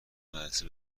مدرسه